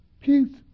Peace